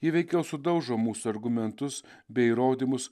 ji veikiau sudaužo mūsų argumentus bei įrodymus